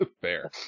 Fair